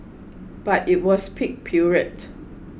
but it was peak period